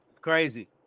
Crazy